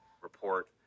report